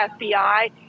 FBI